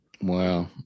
Wow